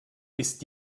ist